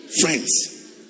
friends